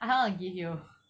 I don't want to give you